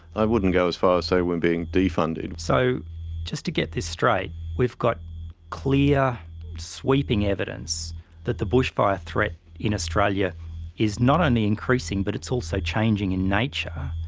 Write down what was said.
i wouldn't go as far as say, we're being defunded. so just to get this straight, we've, we've got clear sweeping evidence that the bushfire threat in australia is not only increasing, but it's also changing in nature.